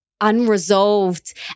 unresolved